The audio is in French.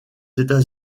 états